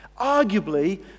Arguably